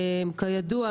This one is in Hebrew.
כידוע,